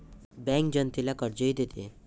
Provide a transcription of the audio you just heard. bank जनतेला कर्जही देते